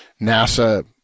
NASA